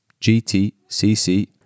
GTCC